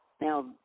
Now